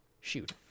Shoot